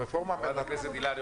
הבדיקה שלנו --- ח"כ הילה,